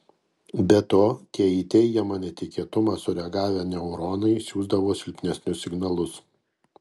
be to tie į teigiamą netikėtumą sureagavę neuronai siųsdavo silpnesnius signalus